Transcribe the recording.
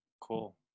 Cool